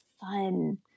fun